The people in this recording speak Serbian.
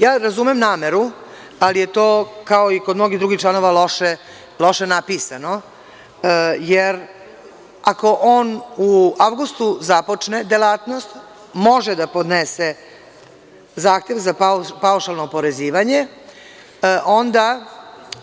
Ja razumem nameru, ali je to kao i kod mnogih drugih članova loše napisano, jer ako on u avgustu započne delatnost, može da podnese zahtev za paušalno oporezivanje, onda